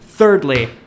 Thirdly